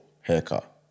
haircut